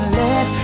let